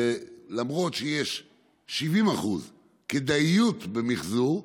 למרות שיש 70% כדאיות במחזור,